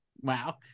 wow